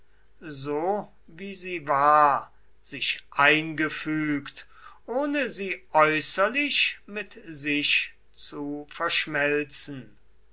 so wie sie war sich eingefügt ohne sie äußerlich mit sich zu verschmelzen